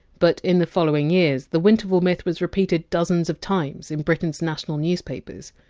but in the following years, the winterval myth was repeated dozens of times in britain! s national newspapers.